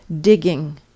digging